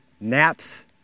naps